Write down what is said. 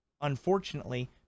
unfortunately